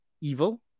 evil